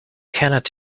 cannot